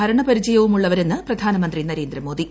ഭരണ പരിചയവും ഉള്ളവരെന്റ് പ്രിയാനമന്ത്രി നരേന്ദ്രമോദി